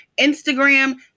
Instagram